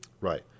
Right